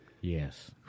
Yes